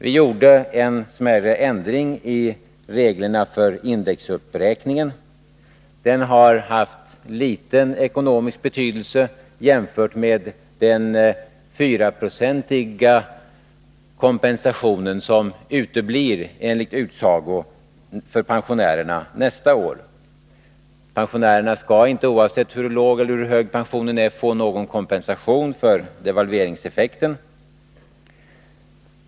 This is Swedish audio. Vi gjorde en mindre ändring i reglerna för indexuppräkningen. Den har haft liten ekonomisk betydelse jämfört med den 4-procentiga kompensation som enligt utsago uteblir för pensionärerna nästa år. Pensionärerna skall inte, oavsett hur låg pensionen är, få någon kompensation för devalveringseffekten.